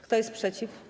Kto jest przeciw?